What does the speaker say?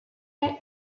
may